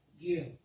give